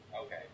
Okay